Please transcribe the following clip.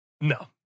No